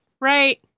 right